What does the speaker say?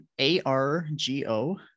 A-R-G-O